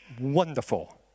wonderful